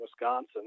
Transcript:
Wisconsin